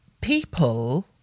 People